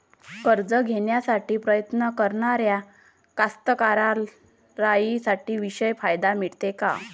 कर्ज घ्यासाठी प्रयत्न करणाऱ्या कास्तकाराइसाठी विशेष फायदे मिळते का?